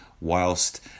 whilst